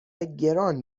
گران